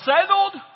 settled